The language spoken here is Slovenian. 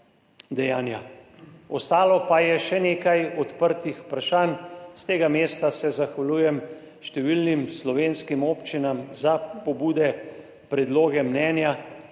dejanja. Ostalo pa je še nekaj odprtih vprašanj. S tega mesta se zahvaljujem številnim slovenskim občinam za pobude, predloge, mnenja,